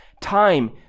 Time